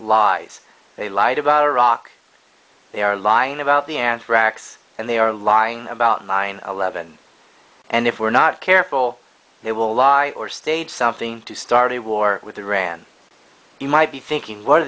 lies they lied about iraq they are lying about the anthrax and they are lying about nine eleven and if we're not careful they will lie or stage something to start a war with iran you might be thinking what are